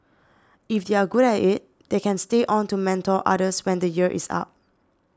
if they are good at it they can stay on to mentor others when the year is up